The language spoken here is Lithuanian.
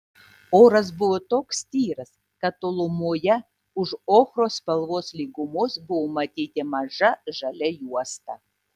oras buvo toks tyras kad tolumoje už ochros spalvos lygumos buvo matyti maža žalia juosta